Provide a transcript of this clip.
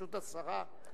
אתה מפריע לשרה.